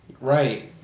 Right